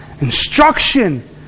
instruction